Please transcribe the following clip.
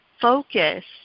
focus